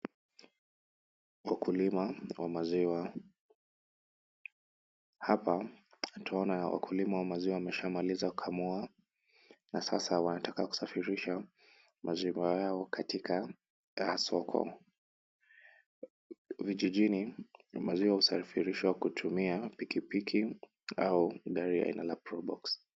Wakulima wa maziwa. Hapa twaona wakulima wa maziwa, wameshamaliza kukamua, na sasa wanataka kusafirisha maziwa yao katika mitaa ya soko. Vijijini maziwa husafirishwa kutumia pikipiki au gari aina ya Probox.